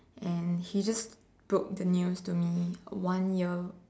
and he just broke the news to me one year